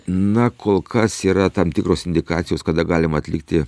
na kol kas yra tam tikros indikacijos kada galima atlikti